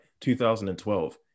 2012